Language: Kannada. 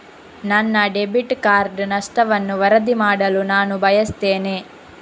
ನನ್ನ ಡೆಬಿಟ್ ಕಾರ್ಡ್ ನಷ್ಟವನ್ನು ವರದಿ ಮಾಡಲು ನಾನು ಬಯಸ್ತೆನೆ